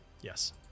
Yes